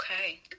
Okay